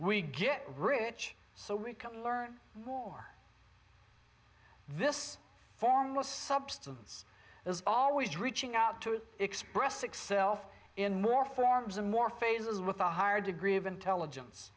we get rich so we can learn more this formless substance is always reaching out to express itself in more forms and more phases with a higher degree of intelligence